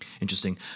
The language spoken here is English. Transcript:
Interesting